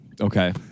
Okay